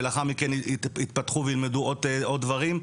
ולאחר מכן יתפתחו וילמדו עוד דברים.